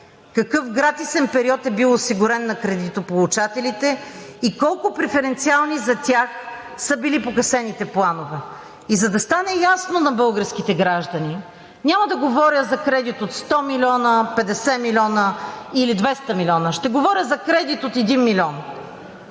Какъв гратисен период е бил осигурен на кредитополучателите и колко преференциални за тях са били погасителните планове? И за да стане ясно на българските граждани, няма да говоря за кредит от 100 милиона, 50 милиона или 200 милиона. Ще говоря за кредит от 1 милион,